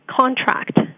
contract